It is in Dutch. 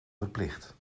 verplicht